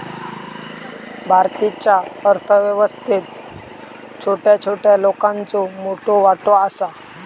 भारतीच्या अर्थ व्यवस्थेत छोट्या छोट्या लोकांचो मोठो वाटो आसा